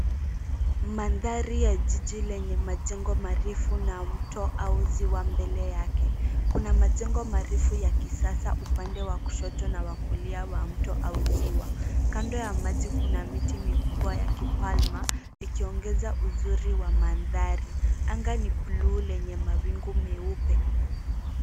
Mandhari ya jiji lenye majengo marefu na mto au ziwa mbele yake. Kuna majengo marefu ya kisasa upande wa kushoto na wa kulia wa mto au ziwa. Kando ya maji kuna miti mikubwa ya kipalma ikiongeza uzuri wa mandhari. Anga ni buluu lenye mawingu meupe.